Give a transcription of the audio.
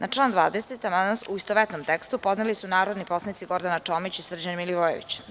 Na član 20. amandman, u istovetnom tekstu, podneli su narodni poslanici Gordana Čomić i Srđan Milivojević.